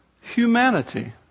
humanity